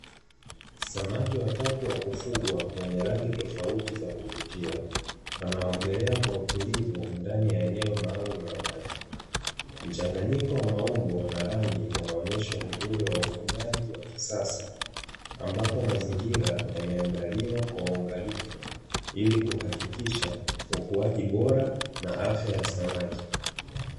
Samaki watatu wa kufugwa wenye rangi tofauti za kuvutia wanaogelea kwa utulivu ndani ya eneo maalumu la maji, mchanganyiko wa maumbo na rangi unaonyesha uzuri wa ufugaji wa kisasa, ambapo mazingira yameandaliwa kwa uangalifu ili kuhakikisha ukuaji bora na afya ya samaki.